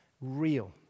real